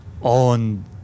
on